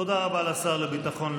תודה רבה לשר לביטחון לאומי.